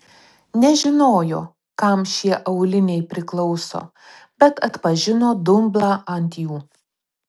nežinojo kam šie auliniai priklauso bet atpažino dumblą ant jų